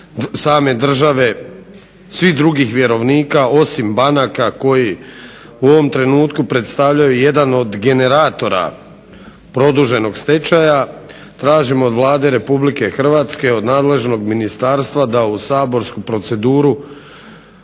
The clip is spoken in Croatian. države, svih drugih vjerovnika osim banaka koji u ovom trenutku predstavljaju jedan od generatora produženog stečaja, tražimo od Vlade RH od nadležnog ministarstva da u saborsku proceduru